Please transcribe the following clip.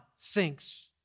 thinks